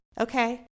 okay